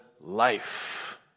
life